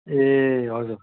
ए हजुर